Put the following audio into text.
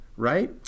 Right